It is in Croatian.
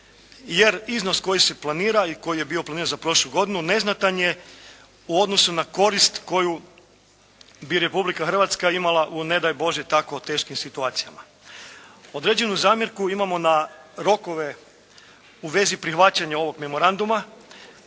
jer iznos koji se planira i koji je bio planiran kroz prošlu godinu neznatan je u odnosu na korist koju bi Republika Hrvatska imala u ne daj Bože tako teškim situacijama. Određenu zamjerku imamo na rokove u vezi prihvaćanja ovog memoranduma,